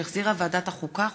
שהחזירה ועדת החוקה,